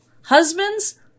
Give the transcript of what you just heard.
Husbands